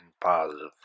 positive